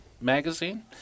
Magazine